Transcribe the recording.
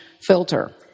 filter